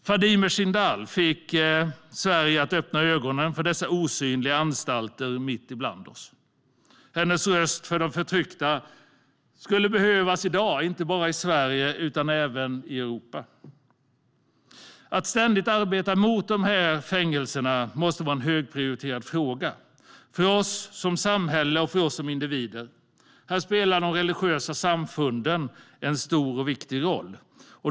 Fadime Sahindal fick Sverige att öppna ögonen för dessa osynliga anstalter mitt ibland oss. Hennes röst för de förtryckta skulle behövas i dag, inte bara i Sverige utan i hela Europa. Att ständigt arbeta mot dessa fängelser måste vara en högprioriterad fråga för samhället och för oss som individer. Här spelar de religiösa samfunden en stor och viktig roll.